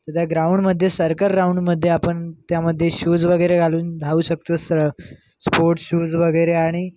तर त्या ग्राउंडमध्ये सर्कर राऊंडमध्ये आपण त्यामध्ये शूज वगैरे घालून धावू शकतो सं स्पोर्ट शूज वगैरे आणि